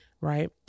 right